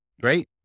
Great